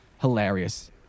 hilarious